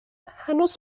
هنوز